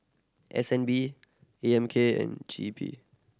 S N B A M K and G E P